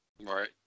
Right